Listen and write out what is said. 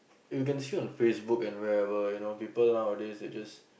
you can see on the Facebook and wherever you know people nowadays they just